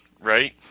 Right